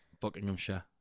Buckinghamshire